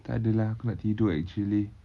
takde lah aku nak tidur actually